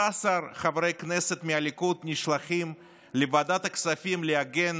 13 חברי כנסת מהליכוד נשלחים לוועדת הכספים להגן